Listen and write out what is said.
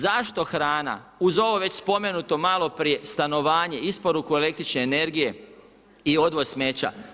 Zašto hrana uz ovo već spomenuto maloprije, stanovanje, isporuku električne energije i odvoz smeća.